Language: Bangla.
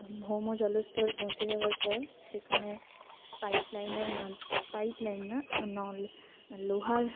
ভৌম জলস্তর পৌঁছে যাওয়ার পর সেখানে পাইপ লাইনের মাদ পাইপ লাইন না নল লোহার